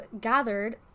gathered